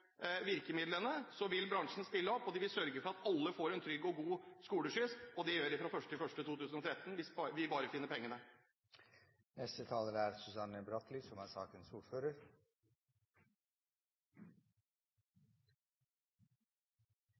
virkemidlene. Da vil bransjen stille opp, og de vil sørge for at alle får en trygg og god skoleskyss. Det gjør de fra 1. januar 2013, hvis vi bare finner